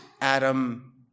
Adam